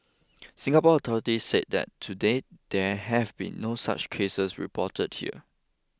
Singapore authorities said that to date there have been no such cases reported here